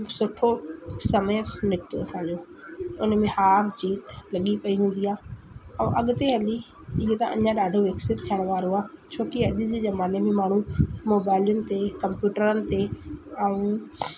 सुठो समय निकितो असांजो उन में हार जीत लॻी पई हूंदी आहे ऐं अॻिते हली ईअं त अञा ॾाढो विकसित थियणु वारो आहे छोकी अॼ जे ज़माने में माण्हू मोबाइलियुनि ते कंप्यूटरनि ते ऐं